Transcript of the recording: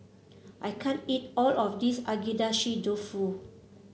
I can't eat all of this Agedashi Dofu